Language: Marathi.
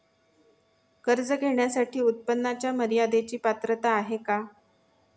कर्ज घेण्यासाठी उत्पन्नाच्या मर्यदेची पात्रता आहे का?